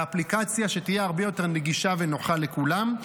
לאפליקציה שתהיה הרבה יותר נגישה ונוחה לכולם.